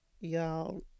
y'all